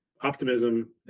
optimism